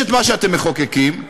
יש מה שאתם מחוקקים,